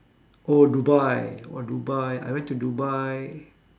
oh dubai oh dubai I went to dubai